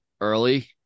early